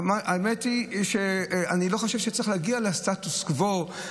האמת היא, אני לא חושב שצריך להגיע לסטטוס קוו.